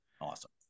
awesome